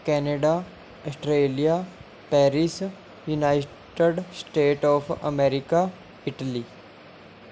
Canada Australia Paris united state of America Italy